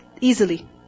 easily